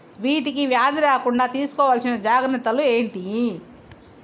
వీటికి వ్యాధి రాకుండా తీసుకోవాల్సిన జాగ్రత్తలు ఏంటియి?